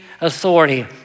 authority